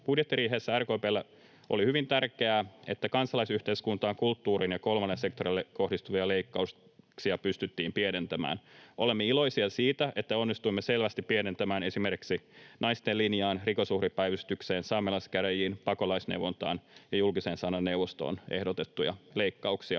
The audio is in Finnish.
Budjettiriihessä RKP:lle oli hyvin tärkeää, että kansalaisyhteiskuntaan, kulttuuriin ja kolmannelle sektorille kohdistuvia leikkauksia pystyttiin pienentämään. Olemme iloisia siitä, että onnistuimme selvästi pienentämään esimerkiksi Naisten Linjaan, Rikosuhripäivystykseen, saamelaiskäräjiin, Pakolaisneuvontaan ja Julkisen sanan neuvostoon ehdotettuja leikkauksia.